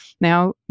Now